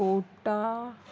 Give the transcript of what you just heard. Kota